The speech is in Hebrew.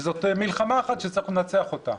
וזאת מלחמה אחת שצריך לנצח אותה.